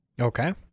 Okay